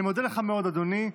אני מודה לך מאוד, אדוני,